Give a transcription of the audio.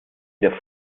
der